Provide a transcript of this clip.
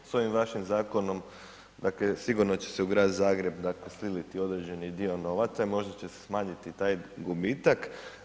S ovim vašim zakonom dakle sigurno će se u Grad Zagreb dakle siliti određeni dio novaca i možda će se smanjiti taj gubitak.